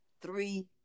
three